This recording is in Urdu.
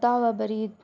قطع و برید